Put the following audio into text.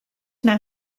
naar